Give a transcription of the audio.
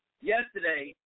Yesterday